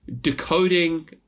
decoding